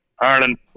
Ireland